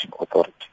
Authority